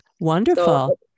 Wonderful